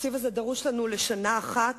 התקציב הזה דרוש לנו לשנה אחת,